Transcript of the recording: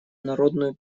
народную